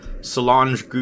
Solange